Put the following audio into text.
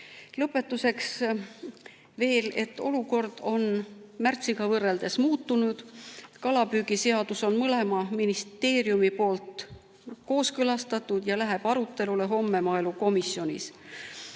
Lõpetuseks veel, et olukord on märtsiga võrreldes muutunud. Kalapüügiseadus on mõlemas ministeeriumis kooskõlastatud ja läheb arutelule homme maaelukomisjonis.